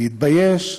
להתבייש,